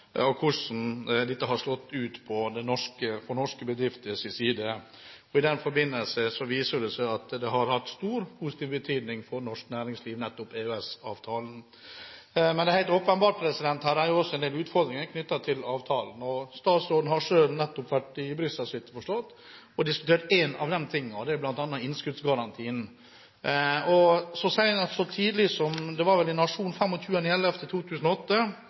og næringsliv, inn på det som har å gjøre med konsekvensene av hvordan dette har slått ut for norske bedrifter. I den forbindelse viser det seg at EØS-avtalen nettopp har hatt stor positiv betydning for norsk næringsliv. Men det er helt åpenbart at det her også er en del utfordringer knyttet til avtalen. Statsråden har selv nettopp vært i Brussel, så vidt jeg har forstått, og diskutert en av de tingene, bl.a. innskuddsgarantien. Så tidlig som i Nationen 25. november 2008, var det vel,